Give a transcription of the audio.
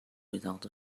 without